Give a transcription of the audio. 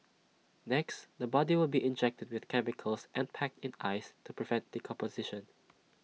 next the body will be injected with chemicals and packed in ice to prevent decomposition